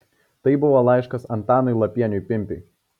tai buvo laiškas antanui lapieniui pimpiui